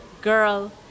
girl